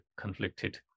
conflicted